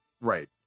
Right